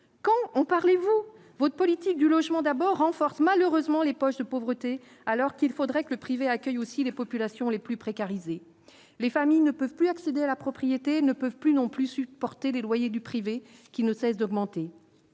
Quand on parle, vous, votre politique du logement d'abord renforce malheureusement les poches de pauvreté alors qu'il faudrait que le privé accueille aussi les populations les plus précarisées, les familles ne peuvent plus accéder à la propriété ne peuvent plus non plus supporter des loyers du privé qui ne cesse d'augmenter,